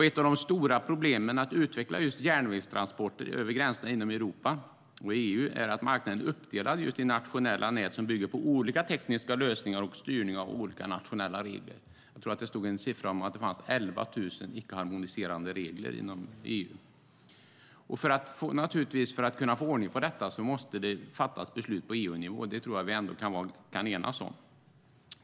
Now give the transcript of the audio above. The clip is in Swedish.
Ett av de stora problemen för att utveckla just järnvägstransporter över gränserna inom Europa och EU är att marknaden är uppdelad i nationella nät som bygger på olika tekniska lösningar och styrning av olika nationella regler. Jag tror att jag såg en siffra om att det fanns 11 000 icke-harmoniserande regler inom EU. För att får ordning på detta måste det fattas beslut på EU-nivå. Det tror jag att vi ändå kan enas om.